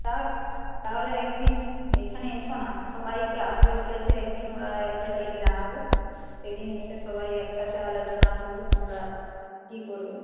তাহলে একদিন এইখানে এসো না সবাই আসবে বলেছে একদিন ওরা একটা ডেট জানাবে সেইদিন এসে সবাই একসাথে আলোচনা করবে তোমরা কী করবে